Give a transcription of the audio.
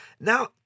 now